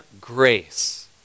grace